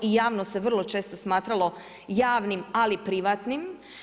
I javno se vrlo često smatralo javnim, ali privatnim.